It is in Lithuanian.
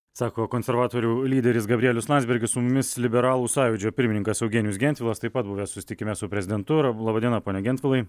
sako konservatorių lyderis gabrielius landsbergis su mumis liberalų sąjūdžio pirmininkas eugenijus gentvilas taip pat buvęs susitikime su prezidentu ir laba diena pone gentvilai